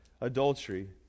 adultery